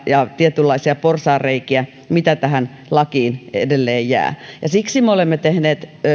ja tietynlaisia porsaanreikiä joita tähän lakiin edelleen jää siksi me olemme tehneet